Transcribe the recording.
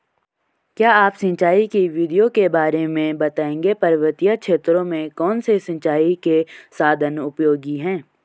क्या आप सिंचाई की विधियों के बारे में बताएंगे पर्वतीय क्षेत्रों में कौन से सिंचाई के साधन उपयोगी हैं?